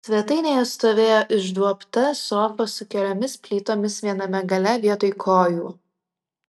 svetainėje stovėjo išduobta sofa su keliomis plytomis viename gale vietoj kojų